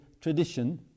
tradition